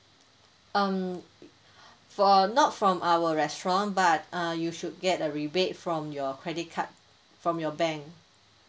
um for not from our restaurant but uh you should get a rebate from your credit card from your bank